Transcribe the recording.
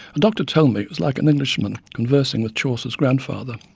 a doctor told me it was like an englishman conversing with chaucer's grandfather.